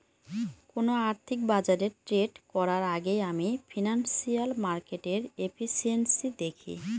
কোন আর্থিক বাজারে ট্রেড করার আগেই আমি ফিনান্সিয়াল মার্কেটের এফিসিয়েন্সি দেখি